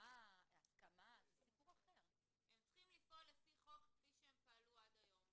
------ הן צריכות לפעול לפי חוק כפי שהם פעלו עד היום.